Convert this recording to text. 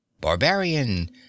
Barbarian